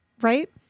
right